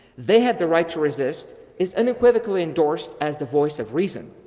they have the right to resist is unequivocally endorsed as the voice of reason.